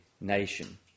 nation